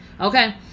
Okay